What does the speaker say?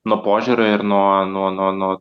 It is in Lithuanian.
nuo požiūrio ir nuo nuo nuo